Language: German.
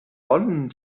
sollen